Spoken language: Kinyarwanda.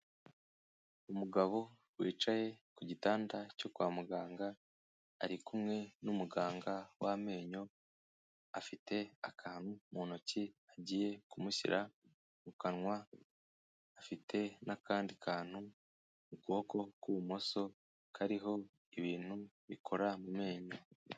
Umugabo wicaye ku gitanda cyo kwa muganga ari kumwe n'umuganga w'amenyo, afite akantu mu ntoki agiye kumushyira mu kanwa, afite n'akandi kantu mu kuboko kw'ibumoso, kariho ibintu bikora mu menyo.